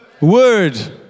word